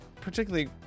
particularly